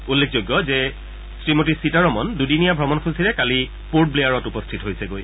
উল্লেখযোগ্য যে শ্ৰীমতী সীতাৰমন দুদিনীয়া ভ্ৰমণসূচীৰে কালি পোৰ্ট ব্লেয়াৰত উপস্থিত হৈছেগৈ